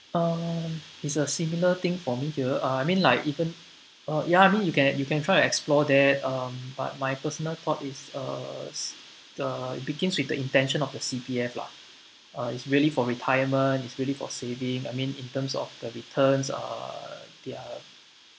um it's a similar thing for me here uh I mean like even uh ya I mean you can you can try to explore that um but my personal thought is uh the it begins with the intention of the C_P_F lah uh it's really for retirement it's really for saving I mean in terms of the returns uh they're